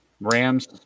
Rams